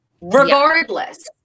regardless